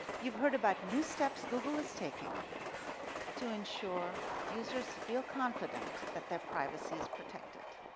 you've heard about new steps google is taking to ensure users feel confident that their privacy is protected